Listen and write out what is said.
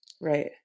Right